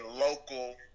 local